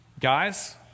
Guys